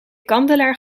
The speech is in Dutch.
kandelaar